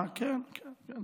כן, כן.